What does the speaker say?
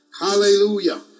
Hallelujah